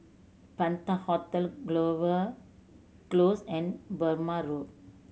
Penta Hotel Clover Close and Burmah Road